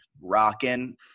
rocking